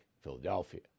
Philadelphia